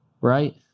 Right